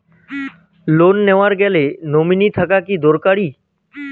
Loan নেওয়ার গেলে nominee থাকা কি দরকারী?